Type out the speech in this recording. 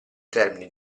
termini